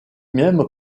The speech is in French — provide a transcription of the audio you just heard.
même